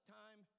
time